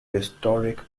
historic